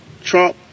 Trump